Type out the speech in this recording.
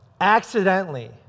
accidentally